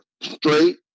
straight